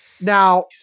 Now